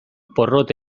porrot